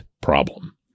problem